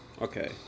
Okay